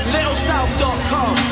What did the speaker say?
LittleSouth.com